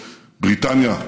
בריטניה,